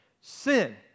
sin